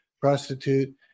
prostitute